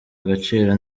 agaciro